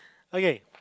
okay